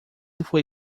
fue